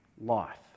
life